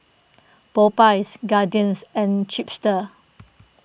Popeyes Guardians and Chipster